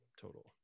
total